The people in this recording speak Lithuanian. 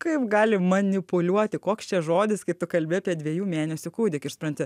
kaip gali manipuliuoti koks čia žodis kaip tu kalbi apie dviejų mėnesių kūdikį ir supranti